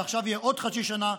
ועכשיו תהיה עוד חצי שנה,